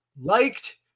liked